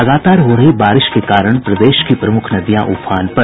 लगातार हो रही बारिश के कारण प्रदेश की प्रमुख नदियां उफान पर